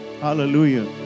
Hallelujah